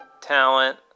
talent